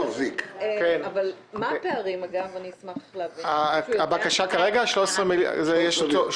אני אשמח להבין מה הפערים התקציביים עליהם מדובר.